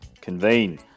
convene